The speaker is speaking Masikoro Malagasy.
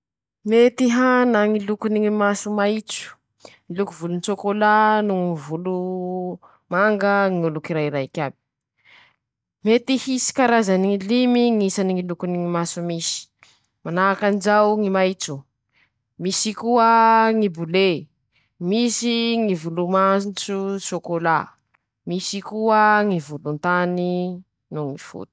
Telo eo ñy isany imaily alefako isaky heriñandro: -ñy raiky avao ñy mailiko manoka, fe arakaraky falakiny ñ'asa ataoko no hamarony ñ'asa ampanavy ahy avao ñy mampalaky azy aminy ñy fandefasako azy.